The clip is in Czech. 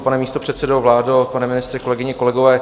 Pane místopředsedo, vládo, pane ministře, kolegyně, kolegové.